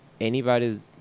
anybody's